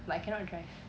but I cannot drive